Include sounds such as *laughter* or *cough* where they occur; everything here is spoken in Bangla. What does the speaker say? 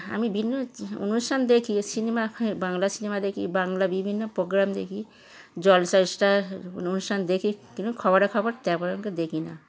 আমি বিভিন্ন *unintelligible* অনুষ্ঠান দেখি সিনেমা ফি বাংলা সিনেমা দেখি বাংলা বিভিন্ন প্রোগ্রাম দেখি জলসা ষ্টার অনুষ্ঠান দেখি কিন্তু খবরাখবর তেমন আমাকে দেখি না